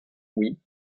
oui